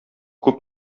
күп